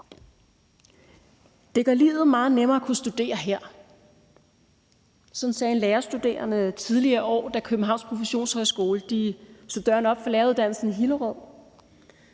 Det gør livet meget nemmere at kunne studere her. Sådan sagde en lærerstuderende tidligere i år, da Københavns Professionshøjskole slog dørene op for læreruddannelsen i Hillerød.